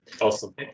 Awesome